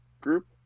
group